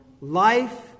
life